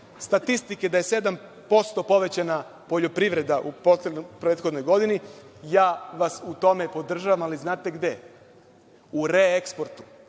statistike da je 7% povećana poljoprivreda u prethodnoj godini, ja vas u tome podržavam, ali znate gde? U reeksportu,